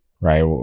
right